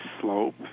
slope